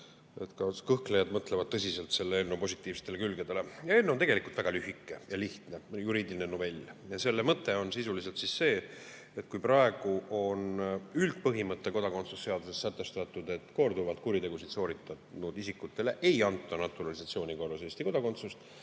ja kõhklejad mõtlevad tõsiselt selle eelnõu positiivsetele külgedele. Eelnõu on tegelikult väga lühike ja lihtne nagu juriidiline novell. Selle mõte on sisuliselt see, et kui praegu on üldpõhimõttena kodakondsuse seaduses sätestatud, et korduvalt kuritegusid sooritanud isikutele ei anta naturalisatsiooni korras Eesti kodakondsust